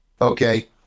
okay